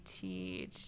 teach